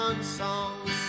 songs